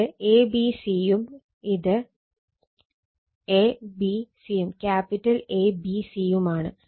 ഇത് a b c യും ഇത് A B C യുമാണ്